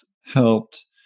helped